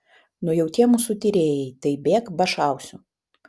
nu jau tie mūsų tyrėjai tai bėk ba šausiu